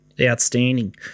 Outstanding